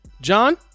John